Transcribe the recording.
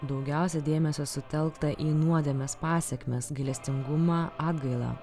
daugiausia dėmesio sutelkta į nuodėmės pasekmes gailestingumą atgailą